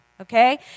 Okay